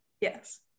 yes